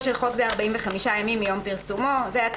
תחולה והוראת מעבר 4.(א)תחילתו של חוק זה 45 ימים מיום פרסומו (להלן,